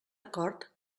acord